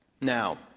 Now